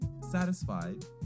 satisfied